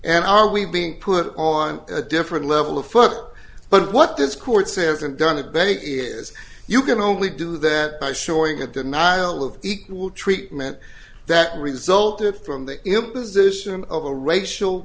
and are we being put on a different level of foot but what this court says and done the bank is you can only do that by showing a denial of equal treatment that resulted from the imposition of a racial